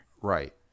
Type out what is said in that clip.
Right